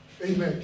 Amen